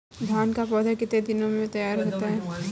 धान का पौधा कितने दिनों में तैयार होता है?